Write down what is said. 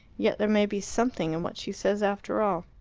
yet there may be something in what she says after all.